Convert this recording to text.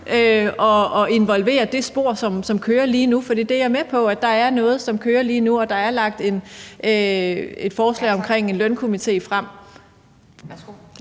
at involvere det spor, som kører lige nu. For jeg er med på, at der er noget, som kører lige nu, og der er lagt et forslag omkring en lønkomité frem.